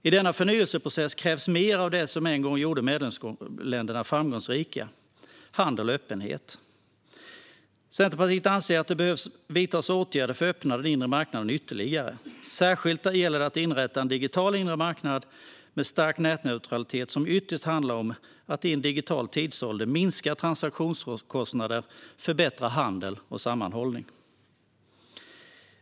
I denna förnyelseprocess krävs mer av det som en gång gjorde medlemsländerna framgångsrika: handel och öppenhet. Centerpartiet anser att åtgärder behöver vidtas för att öppna den inre marknaden ytterligare. Särskilt gäller det att inrätta en digital inre marknad med stark nätneutralitet som ytterst handlar om att i en digital tidsålder minska transaktionskostnader och förbättra handel och sammanhållning.